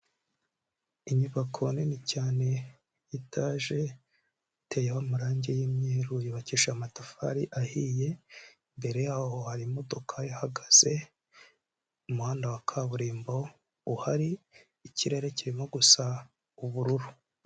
Inyubako nini cyane, etaje iteyeho amarangi y'umweruru yubakisha amatafari ahiye, imbere yaho hari imodoka ihagaze, umuhanda wa kaburimbo uhari, ikirere kirimo gusa ubururu.